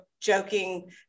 joking